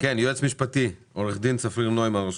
ועדת הכספים של הכנסת, אנו מתקינים תקנות אלה: